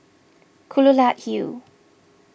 Kelulut Hill